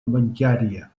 bancària